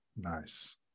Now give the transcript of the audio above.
Nice